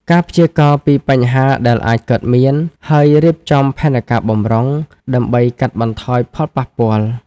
ការព្យាករណ៍ពីបញ្ហាដែលអាចកើតមាន ហើយរៀបចំផែនការបម្រុង ដើម្បីកាត់បន្ថយផលប៉ះពាល់។